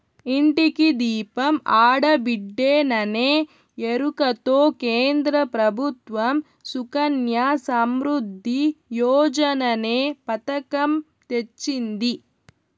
ఇంటికి దీపం ఆడబిడ్డేననే ఎరుకతో కేంద్ర ప్రభుత్వం సుకన్య సమృద్ధి యోజననే పతకం తెచ్చింది